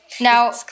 Now